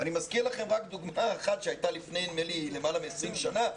אני מזכיר לכם רק דוגמה אחת שהייתה לפני למעלה מ-20 שנים,